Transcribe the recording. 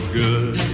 good